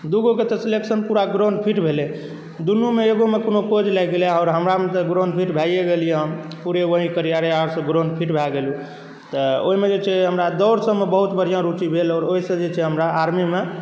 दूगोके तऽ सिलेक्शन पूरा ground fit भेलै दुनूमे एगोमे कोज लागि गेलै और हमरामे तऽ ग्राउण्ड फिट भए गेलियै हम पूरे वहीँ पर ग्राउण्ड फिट भए गेलहुँ तऽ ओहिमे जे छै हमरा दौड़सभमे बहुत बढ़िआँ रूचि भेल आओर ओहिसँ जे छै हमरा आर्मीमे